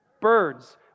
Birds